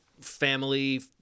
family